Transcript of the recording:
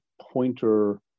pointer